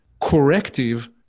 corrective